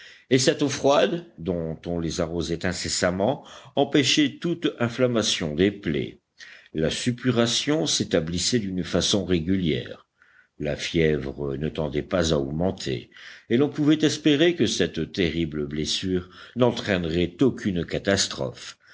et cette eau froide dont on les arrosait incessamment empêchait toute inflammation des plaies la suppuration s'établissait d'une façon régulière la fièvre ne tendait pas à augmenter et l'on pouvait espérer que cette terrible blessure n'entraînerait aucune catastrophe